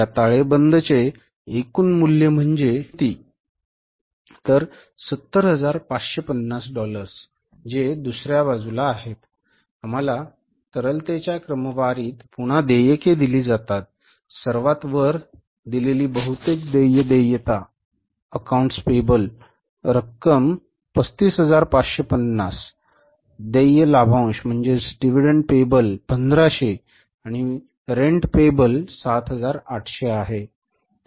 या ताळेबंदचे एकूण मूल्य म्हणजे किती तर 70550 डॉलर्स जे दुसर्या बाजूला आहेत आम्हाला तरलतेच्या क्रमवारीत पुन्हा देयके दिली जातात सर्वात वर दिलेली बहुतेक देय देयता 9accounts payble रक्कम 35550 देय लाभांश दिले जाते